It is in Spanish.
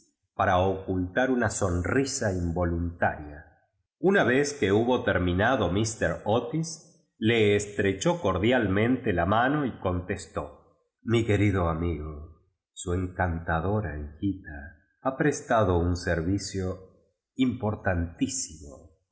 para ocultar una sonrisa involuntaria una vez que hubo terminado míster otis le estrechó cordialmente la mano y conteste mi querido amigo su encantadora híjitfl lia prestado un servicio importantísimo a